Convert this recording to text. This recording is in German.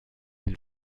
den